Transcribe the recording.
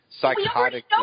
psychotic